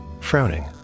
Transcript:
Frowning